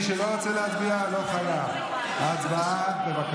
אני הקראתי את ההודעה של היועצת